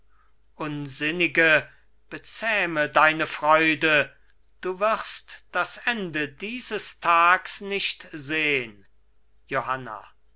unsinnige bezähme deine freude du wirst das ende dieses tags nicht sehn johanna